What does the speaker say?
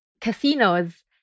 casinos